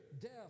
death